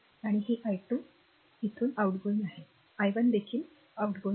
आणि हे i2 सोडत आहे i 1 देखील सोडत आहे